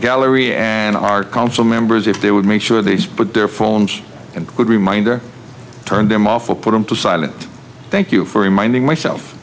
gallery and our council members if they would make sure these put their phones and a good reminder turned them off or put them to silent thank you for reminding myself